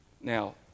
Now